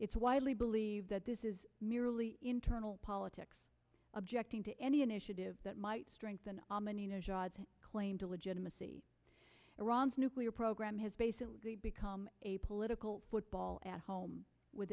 it's widely believed that this is merely internal politics objecting to any initiative that might strengthen claim to legitimacy iran's nuclear program has basically become a political football at home with